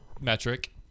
metric